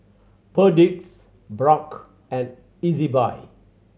Perdix Bragg and Ezbuy